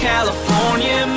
California